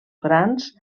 grans